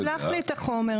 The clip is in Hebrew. שלח לי את החומר.